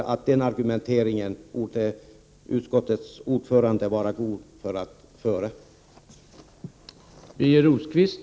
Den argumenteringen borde utskottets ordförande hålla sig för god för att föra.